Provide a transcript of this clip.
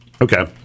Okay